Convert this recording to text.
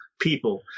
people